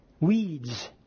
weeds